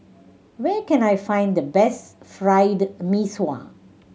where can I find the best Fried Mee Sua